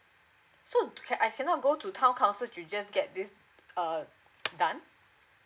so can I cannot go to town council to just get this uh done